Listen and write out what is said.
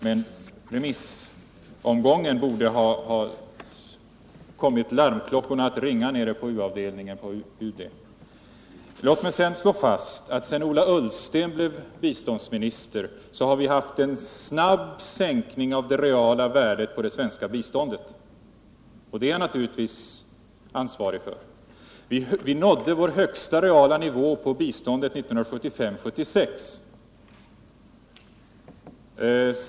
Men remissomgången borde ha kommit larmklockorna att ringa på UD:s u-avdelning. Sedan Ola Ullsten blev biståndsminister har det skett en snabb sänkning av det reala värdet av det svenska biståndet. Det är han naturligtvis ansvarig för. Vi nådde vår högsta reala nivå på biståndet 1975/76.